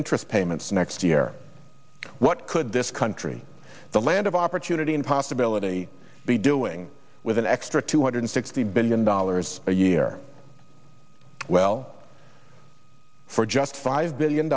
interest payments next year what could this country the land of opportunity and possibility be doing with an extra two hundred sixty billion dollars a year well for just five billion